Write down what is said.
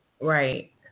Right